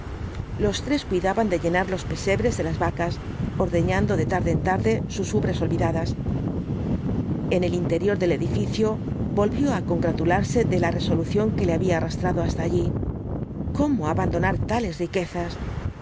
los tres cuidaban de llenar los pesebres de las vacas ordeñando de tarde en tarde sus ubres olvidadas en el interior del edificio volvió á congratularse de la resolución que le había arrastrado hasta allí cómo abandonar tales riquezas